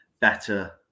better